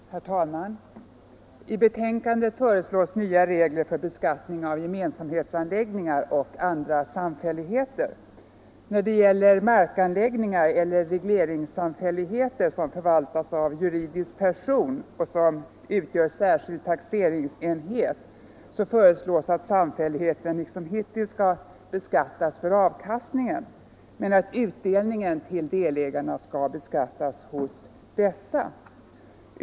Herr talman! I skatteutskottets betänkande nr 22 föreslås nya regler för beskattning av gemensamhetsanläggningar och andra samfälligheter. När det gäller markanläggningar eller regleringssamfälligheter som förvaltas av juridisk person och som utgör särskild taxeringsenhet föreslås att samfälligheten liksom hittills skall beskattas för avkastningen men att utdelningen till delägarna skall beskattas hos dessa.